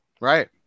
Right